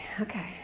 okay